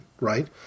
right